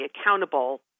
accountable